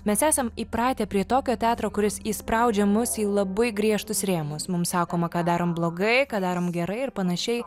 mes esam įpratę prie tokio teatro kuris įspraudžia mus į labai griežtus rėmus mums sakoma ką darom blogai ką darom gerai ir panašiai